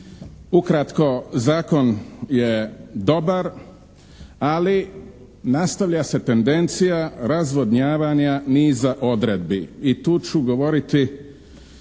Ukratko, zakon je dobar ali nastavlja se tendencija razvodnjavanja niza odredbi. I tu ću govoriti